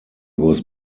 was